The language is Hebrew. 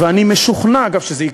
ואני משוכנע אגב שזה יקרה.